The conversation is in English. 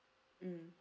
mm